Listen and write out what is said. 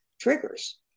triggers